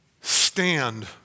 stand